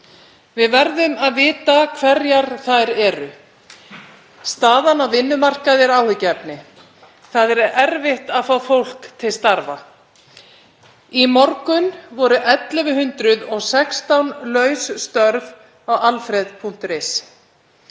Við verðum að vita hverjar þær eru. Staðan á vinnumarkaði er áhyggjuefni. Það er erfitt að fá fólk til starfa. Í morgun voru 1.116 laus störf á alfred.is.